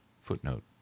Footnote